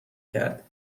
کرد